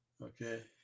Okay